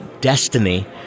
destiny